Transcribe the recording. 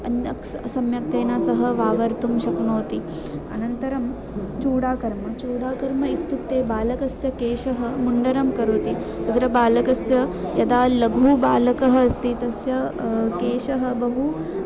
अन्य स सम्यक्तेन सः वावर्तुं शक्नोति अनन्तरं चूडाकर्म चूडाकर्म इत्युक्ते बालकस्य केशः मुण्डनं करोति तत्र बालकस्य यदा लघु बालकः अस्ति तस्य केशः बहु